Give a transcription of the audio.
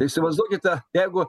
įsivaizduokite jeigu